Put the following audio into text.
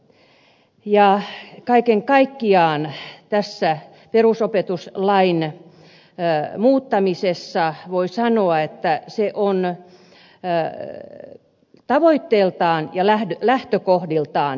ja kaiken kaikkiaan tämä perusopetuslain muuttaminen voi sanoa on tavoitteeltaan ja lähtökohdiltaan hyvä